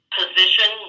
position